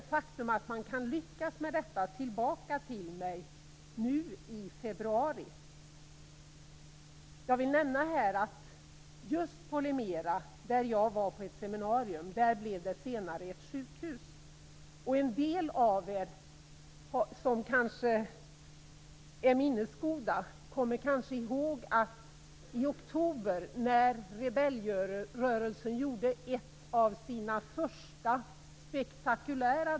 Det faktum att man kan lyckas med detta kom tillbaka till mig nu i februari. Jag vill här nämna att det just på Lemera, där jag var på ett seminarium, senare blev ett sjukhus.